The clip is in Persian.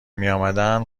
میامدند